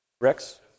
Rex